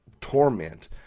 torment